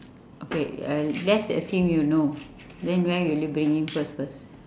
okay uh let's assume you know then where will you bring him first first